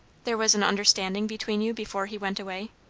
there was an understanding between you before he went away?